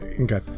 Okay